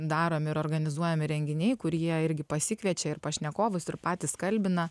daromi ir organizuojami renginiai kur jie irgi pasikviečia ir pašnekovus ir patys kalbina